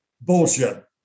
Bullshit